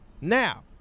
Now